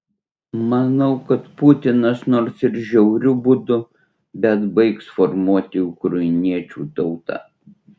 manau kad putinas nors ir žiauriu būdu bet baigs formuoti ukrainiečių tautą